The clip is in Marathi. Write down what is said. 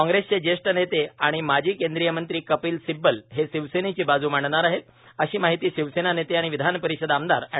काँप्रेसचे ज्येष्ठ नेते आणि माजी केंद्रीय मंत्री कपिल सिव्वल हे शिवसेनेची बाज् मांडणार आहेत अशी माहिती शिवसेना नेते आणि विधानपरिषद आमदार अॅड